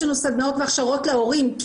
יש לנו סדנאות והכשרות להורים.